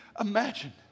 imagine